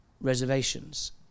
reservations